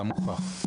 גם זה הוכח.